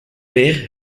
weer